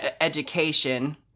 education